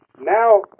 Now